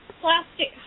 plastic